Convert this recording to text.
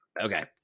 Okay